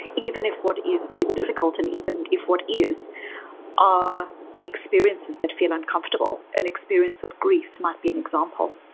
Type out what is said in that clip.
even if what is is difficult and even if what is are experiences that feel uncomfortable and experience of grief might be an example.